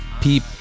peep